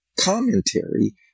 commentary